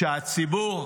שהציבור